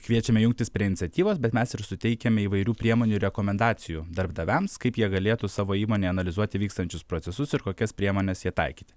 kviečiame jungtis prie iniciatyvos bet mes ir suteikiame įvairių priemonių ir rekomendacijų darbdaviams kaip jie galėtų savo įmonėje analizuoti vykstančius procesus ir kokias priemones jie taikyti